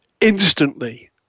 Instantly